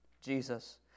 Jesus